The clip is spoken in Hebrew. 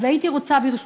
אז הייתי רוצה,